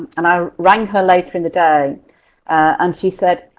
and i rang her later in the day and she said,